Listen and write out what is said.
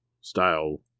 style